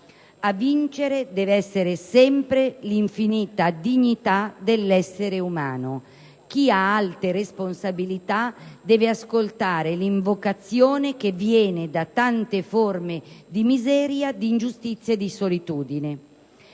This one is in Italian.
A vincere deve essere sempre l'infinita dignità dell'essere umano. Chi ha alte responsabilità deve ascoltare l'invocazione che viene da tante forme di miseria, di ingiustizia e di solitudine».